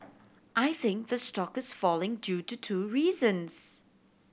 I think the stock is falling due to two reasons